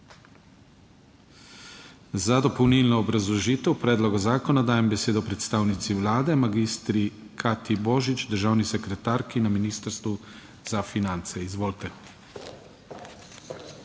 Za dopolnilno obrazložitev predloga zakona dajem besedo predstavnici Vlade, magistri Katji Božič, državni sekretarki na Ministrstvu za finance. Izvolite.